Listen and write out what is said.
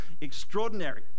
extraordinary